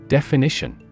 Definition